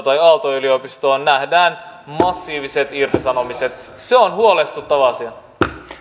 tai aalto yliopistoa nähdään massiiviset irtisanomiset se on huolestuttava asia